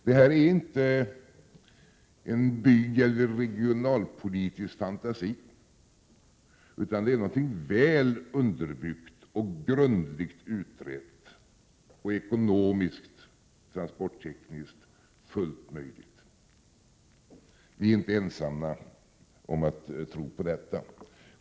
Det här är inte en byeller regionalpolitisk fantasi, utan det är någonting väl underbyggt, grundligt utrett och ekonomiskt och transporttekniskt fullt möjligt. Vi är inte ensamma om att tro på detta.